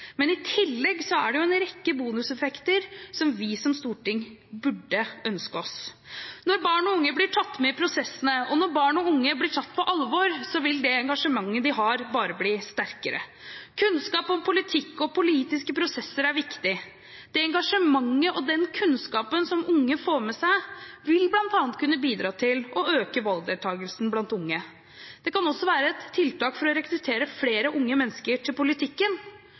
Men i tillegg er det en rekke bonuseffekter som vi som storting burde ønske oss. Når barn og unge blir tatt med i prosessene, og når barn og unge blir tatt på alvor, vil det engasjementet de har, bare bli sterkere. Kunnskap om politikk og politiske prosesser er viktig. Det engasjementet og den kunnskapen som unge får med seg, vil bl.a. kunne bidra til å øke valgdeltakelsen blant unge. Det kan også være et tiltak for å rekruttere flere unge mennesker til politikken.